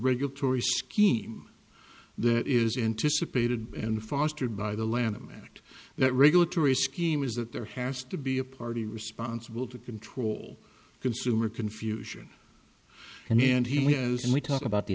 regulatory scheme that is anticipated and fostered by the lanham act that regulatory scheme is that there has to be a party responsible to control consumer confusion and then he has and we talk about the